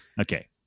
Okay